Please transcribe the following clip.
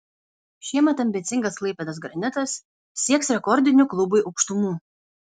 šiemet ambicingas klaipėdos granitas sieks rekordinių klubui aukštumų